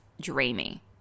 dreamy